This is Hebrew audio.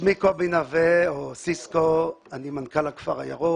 אני מנכ"ל הכפר הירוק